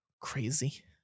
Crazy